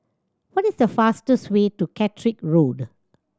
what is the fastest way to Catterick Road